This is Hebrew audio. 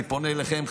אני פונה אליכם,